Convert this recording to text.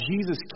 Jesus